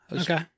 Okay